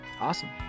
Awesome